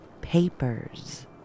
papers